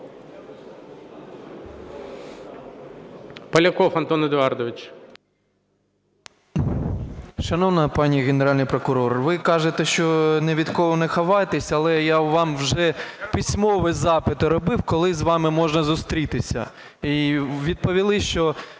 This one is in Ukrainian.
Поляков Антон Едуардович.